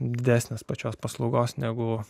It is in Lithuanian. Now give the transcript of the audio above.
didesnės pačios paslaugos negu